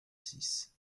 six